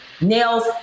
nails